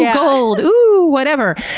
gold! ooh, whatever.